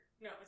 no